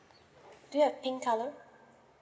do you have pink colour